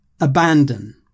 abandon